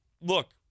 look